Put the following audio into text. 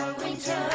winter